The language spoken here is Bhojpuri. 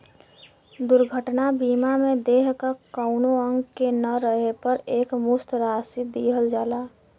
दुर्घटना बीमा में देह क कउनो अंग के न रहे पर एकमुश्त राशि दिहल जाला